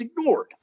ignored